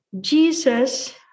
Jesus